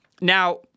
now